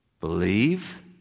Believe